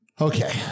Okay